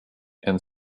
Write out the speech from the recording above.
and